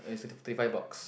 uh it's thirty thirty five bucks